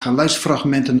geluidsfragmenten